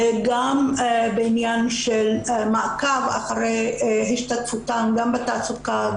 וגם בעניין של מעקב אחרי השתתפותם גם בתעסוקה,